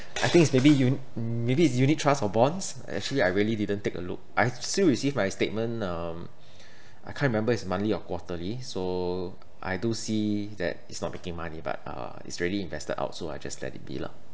I think it's maybe uni~ mm maybe it's unit trust or bonds actually I really didn't take a look I still receive my statement um I can't remember is monthly or quarterly so I do see that it's not making money but uh it's already invested out so I just let it be lah